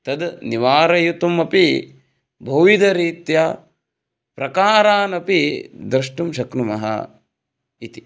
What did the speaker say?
तद् निवारयितुम् अपि बहुविधरीत्या प्रकारानपि द्रष्टुं शक्नुमः इति